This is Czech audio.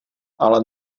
ale